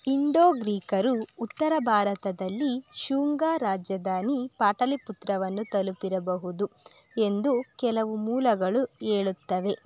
Indo ಗ್ರೀಕರು ಉತ್ತರ ಭಾರತದಲ್ಲಿ ಶುಂಗ ರಾಜಧಾನಿ ಪಾಟಲಿಪುತ್ರವನ್ನು ತಲುಪಿರಬಹುದು ಎಂದು ಕೆಲವು ಮೂಲಗಳು ಹೇಳುತ್ತವೆ